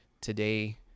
today